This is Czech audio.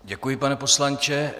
Děkuji, pane poslanče.